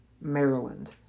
Maryland